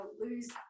lose